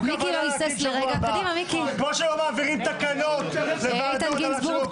--- איתן גינזבורג,